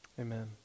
Amen